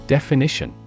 Definition